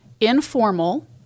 informal